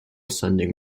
sending